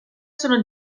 sono